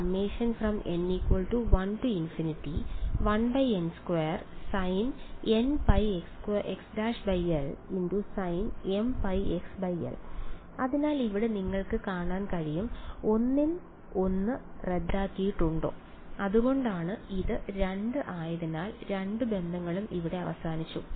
∞ അതിനാൽ ഇവിടെ നിങ്ങൾക്ക് കാണാൻ കഴിയും n1 l ൽ ഒന്ന് റദ്ദാക്കിയിട്ടുണ്ടോ അതുകൊണ്ടാണ് ഇത് 2 ആയതിനാൽ രണ്ട് നിബന്ധനകളും ഇവിടെ അവസാനിച്ചു